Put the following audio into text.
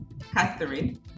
Catherine